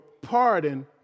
pardon